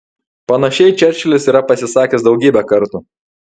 panašiai čerčilis yra pasisakęs daugybę kartų